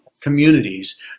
communities